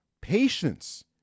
patience